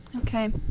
Okay